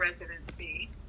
residency